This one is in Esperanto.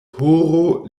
horo